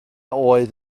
oedd